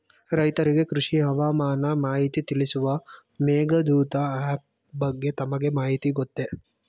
ರೈತರಿಗೆ ಕೃಷಿ ಹವಾಮಾನ ಮಾಹಿತಿ ತಿಳಿಸುವ ಮೇಘದೂತ ಆಪ್ ಬಗ್ಗೆ ತಮಗೆ ಮಾಹಿತಿ ಗೊತ್ತೇ?